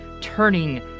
turning